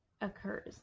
occurs